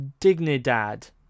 Dignidad